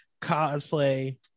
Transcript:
cosplay